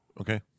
Okay